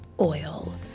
oil